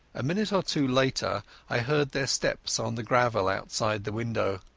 a minute or two later i heard their steps on the gravel outside the window.